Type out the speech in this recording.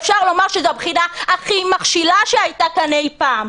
אפשר לומר שזו הבחינה הכי מכשילה שהייתה כאן אי-פעם.